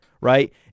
right